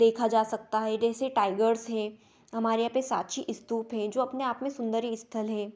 देखा जा सकता है जैसे टाइगर्स हैं हमारे यहाँ पे सांची स्तूप हैं जो अपने आप में सुंदरी स्थल है